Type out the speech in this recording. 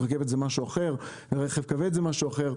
רכבת זה אמנם משהו אחר, רכב כבד זה משהו אחר,